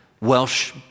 Welsh